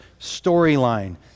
storyline